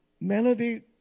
Melody